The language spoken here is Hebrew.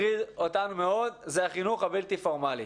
זה החינוך הבלתי פורמלי.